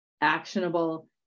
actionable